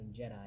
Jedi